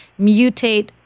mutate